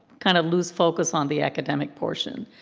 kind of lose focus on the academic portion.